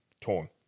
torn